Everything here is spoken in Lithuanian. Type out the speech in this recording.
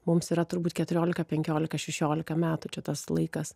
mums yra turbūt keturiolika penkiolika šešiolika metų čia tas laikas